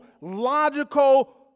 logical